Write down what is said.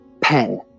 pen